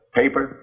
paper